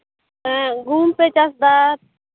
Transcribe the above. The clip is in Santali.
ᱜᱩᱦᱩᱢ ᱯᱮ ᱪᱟᱥᱫᱟ